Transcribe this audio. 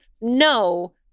no